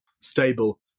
stable